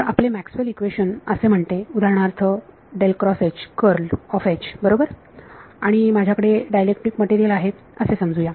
तर आपले Maxwell equation equation असे म्हणते उदाहरणार्थ बरोबर आणि माझ्याकडे डायलेक्ट्रिक मटेरियल आहे असे समजू या